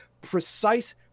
precise